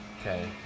Okay